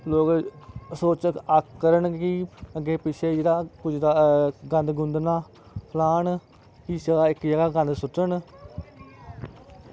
लोग सोचन आक्खन कि अग्गे पिच्छे जेह्ड़ा गंद ना फलान ते इक जगह गंद सुट्टन